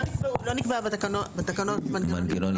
לא נקבע בתקנות מנגנון עדכון,